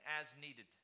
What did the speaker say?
as-needed